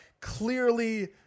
clearly